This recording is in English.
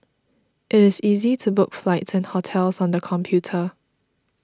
it is easy to book flights and hotels on the computer